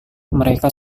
mereka